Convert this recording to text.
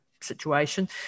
situation